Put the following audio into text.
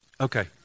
Okay